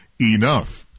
enough